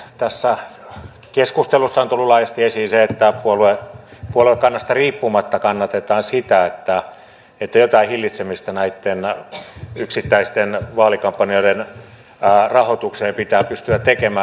tässä keskustelussa on tullut laajasti esiin se että puoluekannasta riippumatta kannatetaan sitä että jotain hillitsemistä näitten yksittäisten vaalikampanjoiden rahoitukseen pitää pystyä tekemään